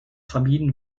vermieden